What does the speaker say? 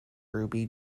ruby